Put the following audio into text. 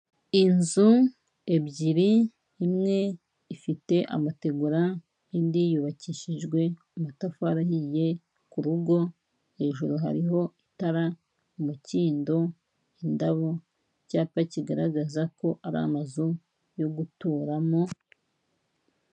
Inzu ebyiri imwe ifite amategura, indi yubakishijwe amatafari ahiye. Ku rugo hejuru hariho itara, umukindo, indabo, icyapa kigaragazako ari amazu yo guturamo...